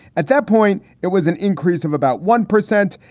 at that point, it was an increase of about one percent.